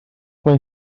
mae